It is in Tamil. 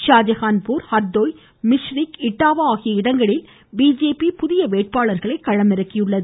ஷாஜஹான் பூர் ஹர்தோய் மிஷ்ரிக் இட்டாவா ஆகிய இடங்களில் பிஜேபி புதிய வேட்பாளர்களை களமிறக்கியுள்ளது